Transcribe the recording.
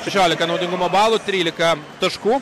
šešiolika naudingumo balų trylika taškų